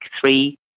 three